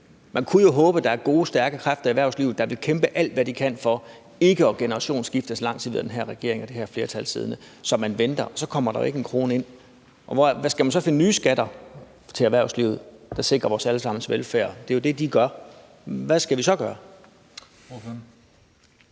Man kan jo håbe, at der er gode, stærke kræfter i erhvervslivet, der vil kæmpe alt, hvad de kan, for ikke at generationsskifte, så længe den her regering og det her flertal sidder. Så man venter, og så kommer der jo ikke en krone ind. Skal man så finde nye skatter at lægge på erhvervslivet, der sikrer vores alle sammens velfærd? Det er jo det, de gør. Så hvad skal vi så gøre? Kl.